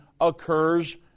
occurs